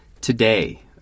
today